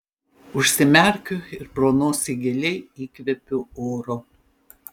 užsimerkiu ir pro nosį giliai įkvėpiu oro